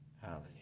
Hallelujah